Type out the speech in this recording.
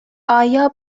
آیا